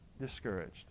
discouraged